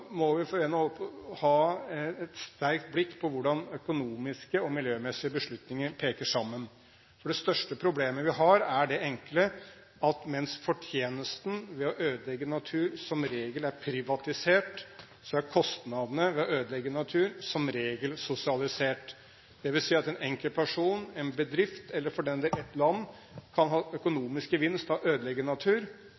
må vi ha et sterkt blikk på hvordan økonomiske og miljømessige beslutninger peker sammen. For det største problemet vi har, er det enkle at mens fortjenesten ved å ødelegge natur som regel er privatisert, er kostnadene ved å ødelegge natur som regel sosialisert. Det vil si at en enkeltperson, en bedrift eller for den del et land kan ha